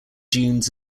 dunes